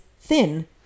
thin